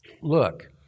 look